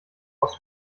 aus